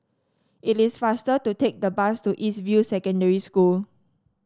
it is faster to take the bus to East View Secondary School